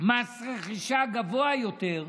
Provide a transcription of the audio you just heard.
מס רכישה גבוה יותר,